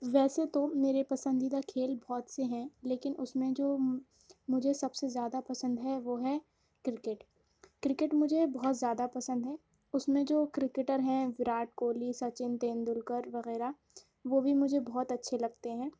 ویسے تو میرے پسندیدہ کھیل بہت سے ہیں لیکن اس میں جو مجھے سب سے زیادہ پسند ہے وہ ہے کرکٹ کرکٹ مجھے بہت زیادہ پسند ہے اس میں جو کرکٹر ہیں وراٹ کوہلی سچن تیندولکر وغیرہ وہ بھی مجھے بہت اچھے لگتے ہیں